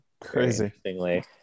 Crazy